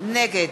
נגד